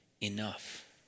enough